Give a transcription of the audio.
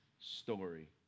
story